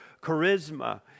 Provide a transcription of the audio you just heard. charisma